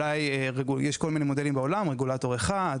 יש כל מיני מודלים בעולם: רגולטור אחד,